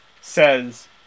says